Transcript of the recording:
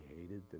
hated